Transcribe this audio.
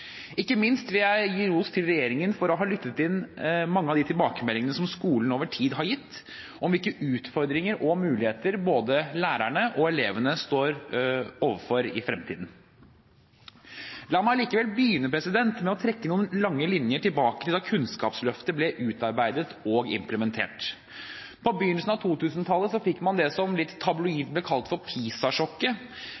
Ikke minst vil jeg gi ros til regjeringen for å ha lyttet til mange av de tilbakemeldingene som skolen over tid har gitt, om hvilke utfordringer og muligheter både lærerne og elevene står overfor i fremtiden. La meg allikevel begynne med å trekke noen lange linjer tilbake til da Kunnskapsløftet ble utarbeidet og implementert. På begynnelsen av 2000-tallet fikk man det som litt